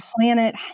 planet